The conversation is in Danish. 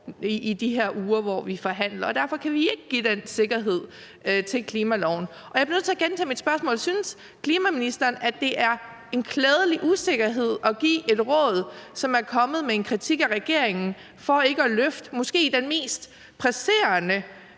i de her uger, hvor vi forhandler. Derfor kan vi ikke give den sikkerhed til klimaloven. Jeg bliver nødt til at gentage mit spørgsmål: Synes klimaministeren, at det er en klædelig usikkerhed at give et råd, som er kommet med en kritik af regeringen for ikke at løfte den måske mest presserende